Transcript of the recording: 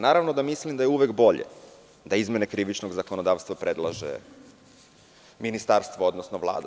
Naravno da mislim da je uvek bolje da izmene krivičnog zakonodavstva predlaže ministarstvo, odnosno Vlada.